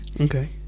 Okay